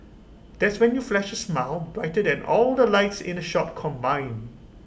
that's when you flash A smile brighter than all the lights in the shop combined